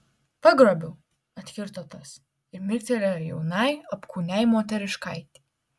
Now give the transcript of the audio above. pagrobiau atkirto tas ir mirktelėjo jaunai apkūniai moteriškaitei